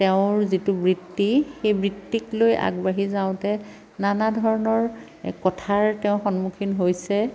তেওঁৰ যিটো বৃত্তি সেই বৃত্তিক লৈ আগবাঢ়ি যাওঁতে নানা ধৰণৰ কথাৰ তেওঁ সন্মুখীন হৈছে